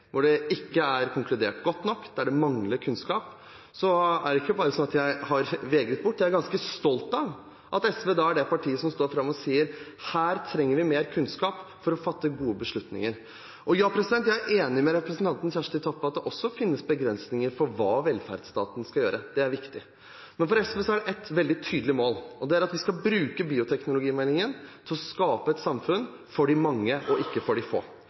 hvor det ikke er konkludert godt nok, der det mangler kunnskap, er det ikke bare slik at jeg har vegret det bort. Jeg er ganske stolt av at SV er det partiet som står fram og sier: Her trenger vi mer kunnskap for å fatte gode beslutninger. Jeg er enig med representanten Kjersti Toppe i at det finnes begrensninger for hva velferdsstaten skal gjøre. Det er viktig. Men for SV er det ett veldig tydelig mål. Det er at vi skal bruke bioteknologimeldingen til å skape et samfunn for de mange og ikke for de få.